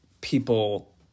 people